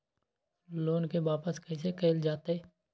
Loan के वापस कैसे कैल जतय?